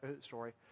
story